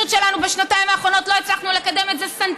לפחות לתת את ההוראות בכיוון הזה במקרה שזה קיים.